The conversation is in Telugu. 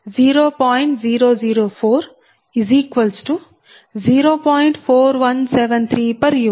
అదే విధంగా I13V1f V3fZ130